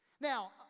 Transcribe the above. Now